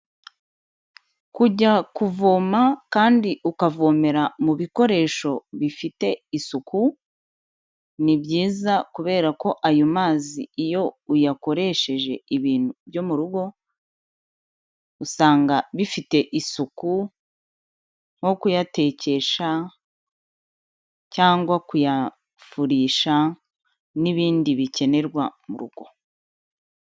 Kujya kuvoma kandi ukavomera mu bikoresho bifite isuku, ni byiza kubera ko ayo mazi iyo uyakoresheje ibintu byo mu rugo, usanga bifite isuku nko kuyatekesha cyangwa kuyafurisha n'ibindi bikenerwa mu rugo.